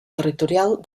territorial